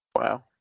Wow